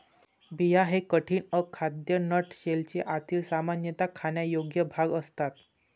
बिया हे कठीण, अखाद्य नट शेलचे आतील, सामान्यतः खाण्यायोग्य भाग असतात